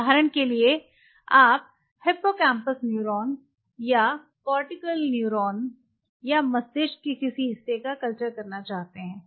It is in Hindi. उदाहरण के लिए आप हिप्पोकैम्पस न्यूरॉन या कॉर्टिकल न्यूरॉन या मस्तिष्क के किसी हिस्से का कल्चर करना चाहते हैं